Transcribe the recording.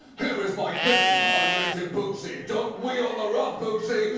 here is my kitten. i named him bootsie. don't wee on the rug, bootsie.